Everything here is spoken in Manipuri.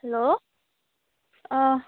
ꯍꯦꯜꯂꯣ ꯑꯥ